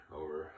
over